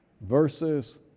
verses